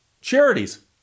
charities